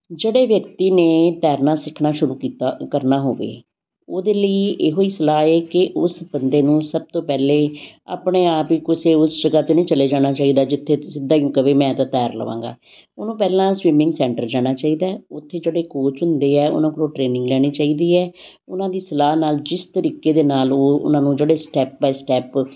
ਜਿਹੜੇ ਵਿਅਕਤੀ ਨੇ ਤੈਰਨਾ ਸਿੱਖਣਾ ਸ਼ੁਰੂ ਕੀਤਾ ਅ ਕਰਨਾ ਹੋਵੇ ਉਹਦੇ ਲਈ ਇਹੋ ਹੀ ਸਲਾਹ ਹੈ ਕਿ ਉਸ ਬੰਦੇ ਨੂੰ ਸਭ ਤੋਂ ਪਹਿਲੇ ਆਪਣੇ ਆਪ ਹੀ ਕਿਸੇ ਉਸ ਜਗ੍ਹਾ 'ਤੇ ਨਹੀਂ ਚਲੇ ਜਾਣਾ ਚਾਹੀਦਾ ਜਿੱਥੇ ਸਿੱਧਾ ਹੀ ਕਹੇ ਮੈਂ ਤਾਂ ਤੈਰ ਲਵਾਂਗਾ ਉਹਨੂੰ ਪਹਿਲਾਂ ਸਵੀਮਿੰਗ ਸੈਂਟਰ ਜਾਣਾ ਚਾਹੀਦਾ ਉੱਥੇ ਜਿਹੜੇ ਕੋਚ ਹੁੰਦੇ ਆ ਉਨ੍ਹਾਂ ਕੋਲੋਂ ਟ੍ਰੇਨਿੰਗ ਲੈਣੀ ਚਾਹੀਦੀ ਹੈ ਉਨ੍ਹਾਂ ਦੀ ਸਲਾਹ ਨਾਲ ਜਿਸ ਤਰੀਕੇ ਦੇ ਨਾਲ ਉਹ ਉਨ੍ਹਾਂ ਨੂੰ ਜਿਹੜੇ ਸਟੈਪ ਬਾਏ ਸਟੈੱਪ